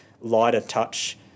lighter-touch